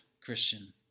Christian